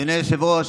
אדוני היושב-ראש,